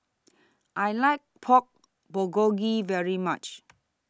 I like Pork Bulgogi very much